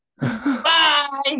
Bye